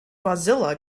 mozilla